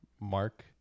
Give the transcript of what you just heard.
mark